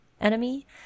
enemy